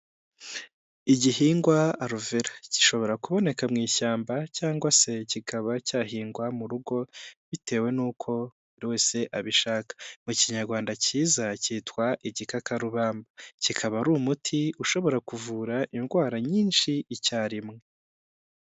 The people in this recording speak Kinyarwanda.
Igihingwa aluvera gishobora kuboneka mu ishyamba cyangwa se kikaba cyahingwa mu rugo bitewe n'uko buri wese abishaka. Mu kinyarwanda cyiza cyitwa igikakarubamba, kikaba ari umuti ushobora kuvura indwara nyinshi icyarimwe.